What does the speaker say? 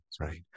right